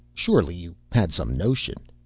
surely you had some notion.